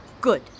Good